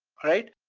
alright?